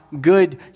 good